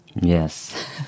Yes